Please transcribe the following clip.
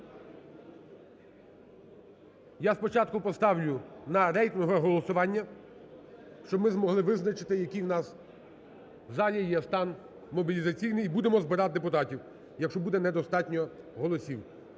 Я спочатку поставлю на рейтингове голосування, щоб ми змогли визначити, який в нас в залі є стан мобілізаційний, і будемо збирати депутатів, якщо буде недостатньо голосів.